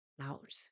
out